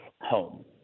home